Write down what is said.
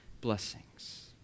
blessings